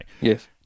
Yes